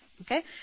Okay